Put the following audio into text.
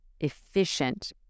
efficient